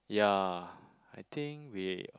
I think we